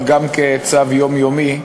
אבל גם כצו יומיומי,